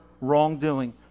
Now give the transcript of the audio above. wrongdoing